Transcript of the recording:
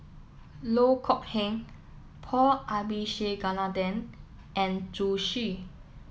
Loh Kok Heng Paul Abisheganaden and Zhu Xu